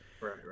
right